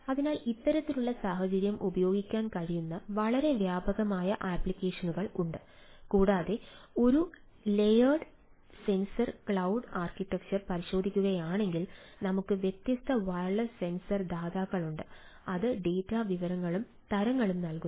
അതിനാൽ ഇത്തരത്തിലുള്ള സാഹചര്യം ഉപയോഗിക്കാൻ കഴിയുന്ന വളരെ വ്യാപകമായ ആപ്ലിക്കേഷനുകൾ ഉണ്ട് കൂടാതെ ഒരു ലേയേർഡ് സെൻസർ ക്ലൌഡ് ആർക്കിടെക്ചർ പരിശോധിക്കുകയാണെങ്കിൽ നമുക്ക് വ്യത്യസ്ത വയർലെസ് സെൻസർ ദാതാക്കളുണ്ട് അത് ഡാറ്റ വിവരങ്ങളും തരങ്ങളും നൽകുന്നു